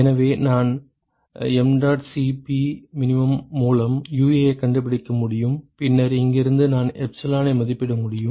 எனவே நான் mdot Cp min மூலம் UA ஐக் கண்டுபிடிக்க முடியும் பின்னர் இங்கிருந்து நான் எப்சிலனை மதிப்பிட முடியும்